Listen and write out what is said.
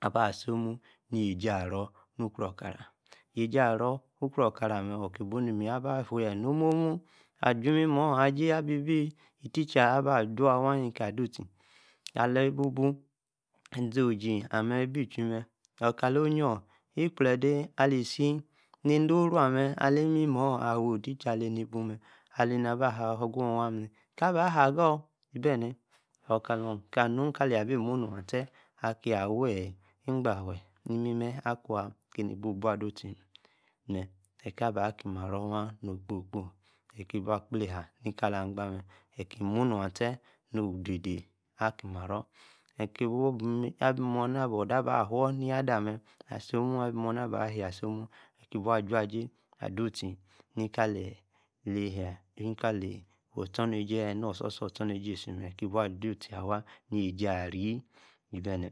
aba-si omu. ne-j̄īeji-ero. nu-kro. okara. yiēji-ero. nu-kro okara. mee orr kí buu nimeyíe. aba-fuu. nomumu. aĵu īmimorr aj́íe. abi-ebi eticher. aba dua-waa. ene taa. ado-uttee alane ene bi buu. dee amee. ibi-ichui mee. okaa-li oyior. ekplede-isi. nede. oroo amee. alí-imímoor awee. ticher alane buu mee alane aba haa gor wan mee. taa baa haa goon ibene. okaa-lon kaa nu ní-kalía-bi munu. attee. akiaa. awi iǹgbafe. imime. akwa. kane ní-bi bua. adottee. mee ekaa-ba-ki-marro waa-an. no. okposi kposi. eki-bua. kple-haa. nika-ala-agbaa mee. emurro-attee no-odedea. akí-marro. ekí buu-mona-aba-odor aba-fua. yade-amme. asomu. abi munna aba-yie-asomu. ottee bua aju-jai. ado-uttee. nikali-lehaa níkalí ostorneĵie. ene asusar ostornejie-īsi mee kí-bua. ado-íttee waa. yeji-arris-ībene